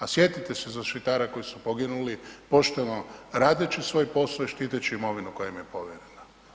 A sjetite se zaštita koji su poginuli pošteno radeći svoj posao i štiteći imovinu koja im je povjerena.